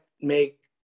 make